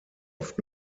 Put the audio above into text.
oft